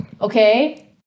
Okay